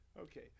Okay